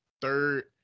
third